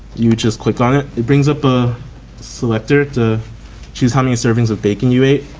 you just click on it, it brings up a selector to choose how many servings of bacon you ate